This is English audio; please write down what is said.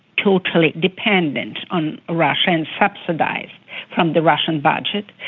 totally dependent on russia and subsidised from the russian budget.